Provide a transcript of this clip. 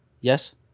Yes